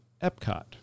Epcot